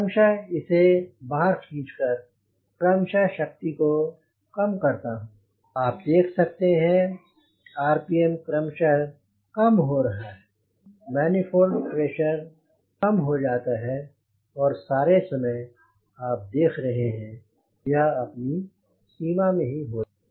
क्रमशः इसे बाहर खींच कर क्रमशः शक्ति को काम करता हूँ आप देख सकते हैं आरपीएम क्रमशः काम हो रहा है मनिफॉल्ड प्रेशर क्रमशः काम हो जाता है और सारे समय आप देख रहे हैं यह अपनी सीमा में ही होता है